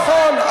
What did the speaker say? נכון,